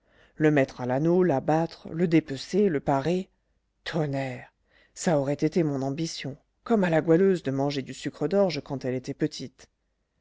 le mettre à l'anneau l'abattre le dépecer le parer tonnerre ça aurait été mon ambition comme à la goualeuse de manger du sucre d'orge quand elle était petite